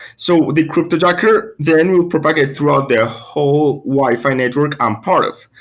so the cryptojacker then will propagate throughout their whole wi-fi network i'm part of,